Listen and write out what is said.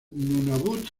nunavut